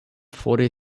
fore